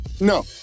No